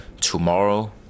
tomorrow